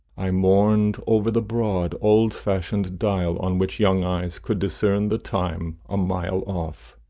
i mourned over the broad, old-fashioned dial, on which young eyes could discern the time a mile off.